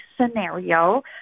scenario